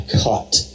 cut